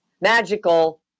magical